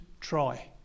try